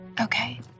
Okay